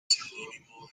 seudónimo